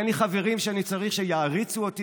אין לי חברים שאני צריך שיעריצו אותי